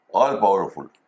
all-powerful